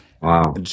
Wow